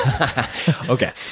Okay